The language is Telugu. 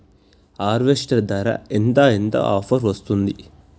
హార్వెస్టర్ ధర ఎంత ఎంత ఆఫర్ వస్తుంది?